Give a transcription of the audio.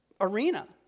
arena